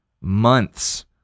months